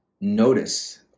notice